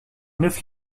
neuf